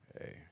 Hey